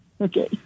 okay